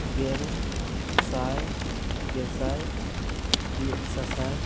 ᱜᱮᱞ ᱥᱟᱭ ᱜᱮᱥᱟᱭ ᱢᱤᱫ ᱥᱟᱥᱟᱭ